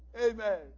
Amen